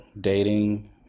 dating